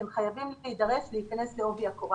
אתם חייבים להידרש ולהיכנס לעובי הקורה